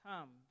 Come